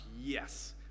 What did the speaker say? yes